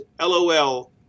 lol